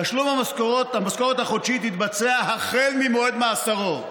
"תשלום המשכורת החודשית יתבצע החל ממועד מאסרו",